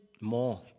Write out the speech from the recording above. more